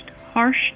harsh